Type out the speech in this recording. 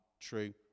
true